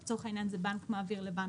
לצורך העניין זה בנק מעביר לבנק.